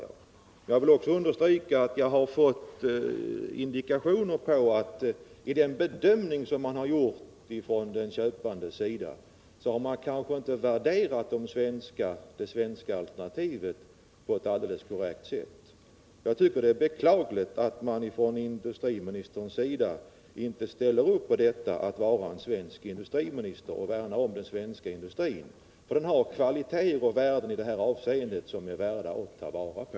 Jag vill också understryka att jag har fått indikationer på att man kanske inte värderat det svenska alternativet på ett alldeles korrekt sätt i den bedömning som man gjort ifrån den köpandes sida. Jag tycker det är beklagligt att industriministern inte ställer upp och värnar om den svenska industrin. Den har kvaliteter och värden som är värda att ta vara på.